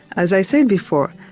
as i said before,